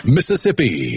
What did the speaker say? Mississippi